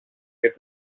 και